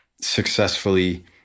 successfully